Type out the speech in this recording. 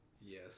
Yes